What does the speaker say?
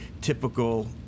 typical